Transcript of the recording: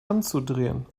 anzudrehen